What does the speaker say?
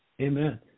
Amen